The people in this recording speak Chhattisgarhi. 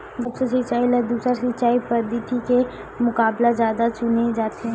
द्रप्स सिंचाई ला दूसर सिंचाई पद्धिति के मुकाबला जादा चुने जाथे